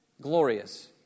glorious